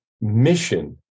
mission